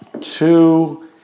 Two